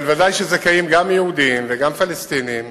אבל ודאי שזכאים גם יהודים וגם פלסטינים,